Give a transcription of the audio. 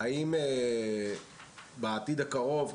האם בעתיד הקרוב,